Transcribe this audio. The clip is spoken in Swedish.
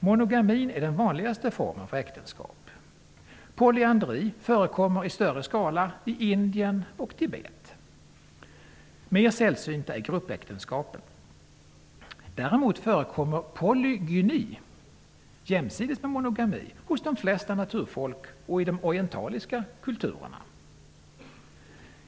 Monogamin är den vanligaste formen för Ä. Polyandri förekommer i större skala blott i Indien och Tibet. Ännu sällsyntare är gruppäktenskapen. Däremot förekommer polygyni hos de flesta naturfolk och i de orientaliska kulturerna.